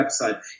website